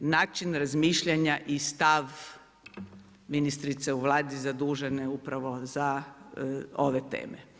način razmišljanje i stav ministrice u Vladi zadužene upravo za ove teme.